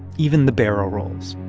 even the barrel rolls